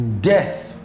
death